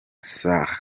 saleh